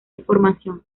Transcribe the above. información